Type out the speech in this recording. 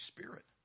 Spirit